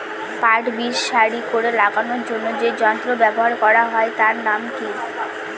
পাট বীজ সারি করে লাগানোর জন্য যে যন্ত্র ব্যবহার হয় তার নাম কি?